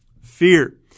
Fear